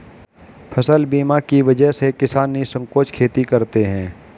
फसल बीमा की वजह से किसान निःसंकोच खेती करते हैं